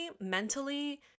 mentally